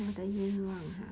我的愿望 ah